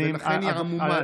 אדוני,